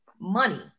money